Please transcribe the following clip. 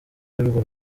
y’urwo